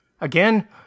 Again